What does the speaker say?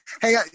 Hey